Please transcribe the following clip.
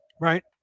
right